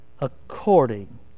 according